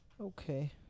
Okay